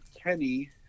Kenny